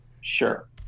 sure